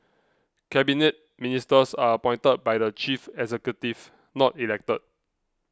Cabinet Ministers are appointed by the chief executive not elected